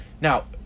now